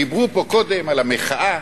דיברו פה קודם על המחאה.